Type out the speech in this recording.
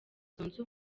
zunze